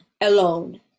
alone